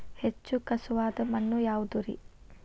ಹೆಚ್ಚು ಖಸುವಾದ ಮಣ್ಣು ಯಾವುದು ರಿ?